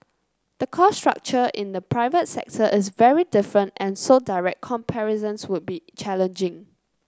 the cost structure in the private sector is very different and so direct comparisons would be challenging